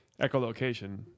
echolocation